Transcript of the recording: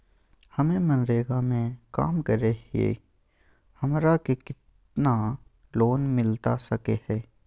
हमे मनरेगा में काम करे हियई, हमरा के कितना लोन मिलता सके हई?